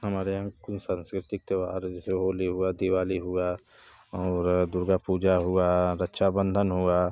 हमारे यहाँ कुछ सांस्कृतिक त्यौहार है जैसे होली हुआ दिवाली हुआ और दुर्गा पूजा हुआ रक्षाबंधन हुआ